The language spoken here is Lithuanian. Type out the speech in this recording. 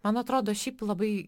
man atrodo šiaip labai